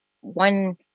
one